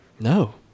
No